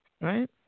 right